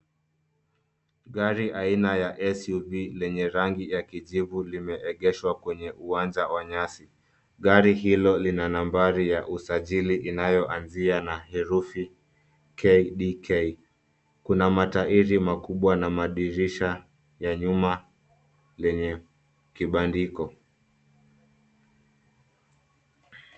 Gari aina ya SUV lenye rangi ya kijivu limeegeshwa kwenye uwanja wa nyasi. Gari hilo lina nambari ya usajili inayoanzia na herufi KDK. Kuna matairi makubwa na madirisha ya nyuma lenye kibandiko.